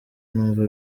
numva